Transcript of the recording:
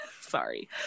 sorry